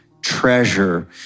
treasure